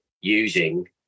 using